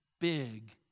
Big